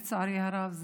לצערי הרב,